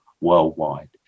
worldwide